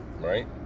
right